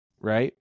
right